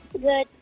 Good